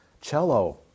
Cello